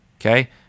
okay